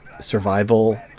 survival